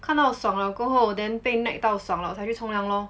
看到爽 liao 过后 then 被 nag 到爽 liao 才去冲凉 lor